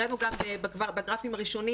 הראינו גם בגרפים הראשונים,